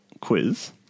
quiz